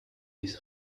his